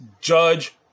Judge